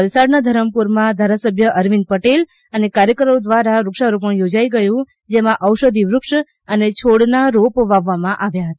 વલસાડના ધરમપુરમાં ધારાસભ્ય અરવિંદ પટેલ અને કાર્ચકરો દ્વારા વૃક્ષારોપણ યોજાઇ ગયું જેમાં ઔષધિ વૃક્ષ અને છોડના રોપ વાવવામાં આવ્યા હતા